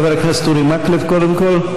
חבר הכנסת אורי מקלב קודם כול.